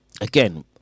Again